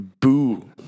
boo